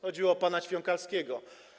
Chodziło o pana Ćwiąkalskiego.